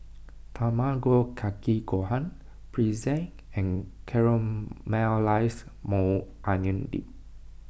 Tamago Kake Gohan Pretzel and Caramelized Maui Onion Dip